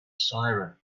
siren